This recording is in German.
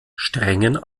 strengen